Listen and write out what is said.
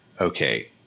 okay